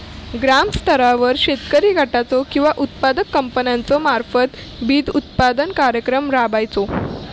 ग्रामस्तरावर शेतकरी गटाचो किंवा उत्पादक कंपन्याचो मार्फत बिजोत्पादन कार्यक्रम राबायचो?